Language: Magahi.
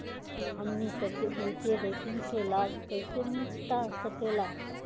हमनी सबके वित्तीय बैंकिंग के लाभ कैसे मिलता सके ला?